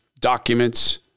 documents